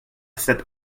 cet